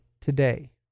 today